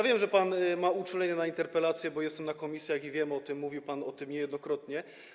Wiem, że pan ma uczulenie na interpelacje, bo jestem w komisjach i wiem o tym, mówił pan o tym niejednokrotnie.